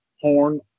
horn